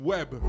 Web